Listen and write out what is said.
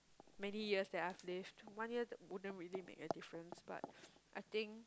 many years that I've lived one year wouldn't really make a difference but I think